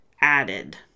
added